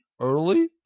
early